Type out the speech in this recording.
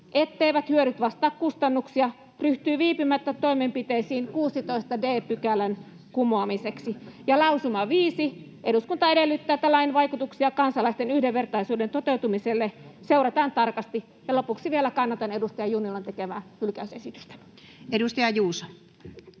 etteivät hyödyt vastaa kustannuksia, ryhtyy viipymättä toimenpiteisiin 16 d §:n kumoamiseksi.” Lausuma 5: ”Eduskunta edellyttää, että lain vaikutuksia kansalaisten yhdenvertaisuuden toteutumiselle seurataan tarkasti.” Ja lopuksi vielä kannatan edustaja Junnilan tekemää hylkäysesitystä. [Speech 12]